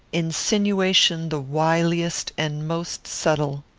insinuation the wiliest and most subtle.